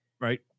right